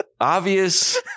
obvious